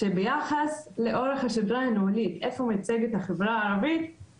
ביחס לאיפה מיוצגת החברה הערבית לאורך השדרה הניהולית,